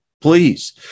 please